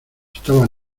estaba